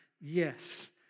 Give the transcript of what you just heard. Yes